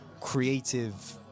creative